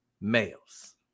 males